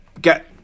get